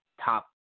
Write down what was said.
top